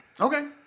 Okay